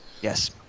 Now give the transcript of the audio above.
Yes